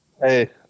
hey